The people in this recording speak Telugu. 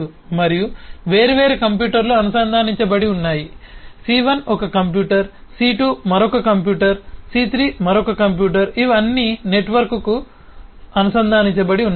మరియు వేర్వేరు కంప్యూటర్లు అనుసంధానించబడి ఉన్నాయి C1 ఒక కంప్యూటర్ C2 మరొక కంప్యూటర్ C3 మరొక కంప్యూటర్ ఇవి అన్ని నెట్వర్క్కు అనుసంధానించబడి ఉన్నాయి